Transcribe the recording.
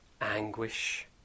anguish